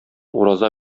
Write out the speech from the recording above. ураза